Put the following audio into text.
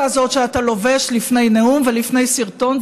הזאת שאתה לובש לפני נאום ולפני סרטון,